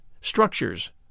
structures